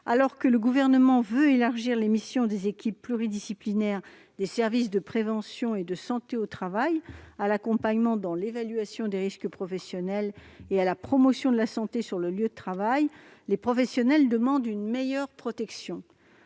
Alors que le Gouvernement souhaite élargir les missions des équipes pluridisciplinaires des services de prévention et de santé au travail à l'accompagnement dans l'évaluation des risques professionnels et à la promotion de la santé sur le lieu de travail, les professionnels demandent une meilleure protection.